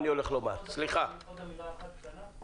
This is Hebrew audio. עוד אמירה אחת קטנה.